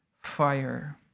fire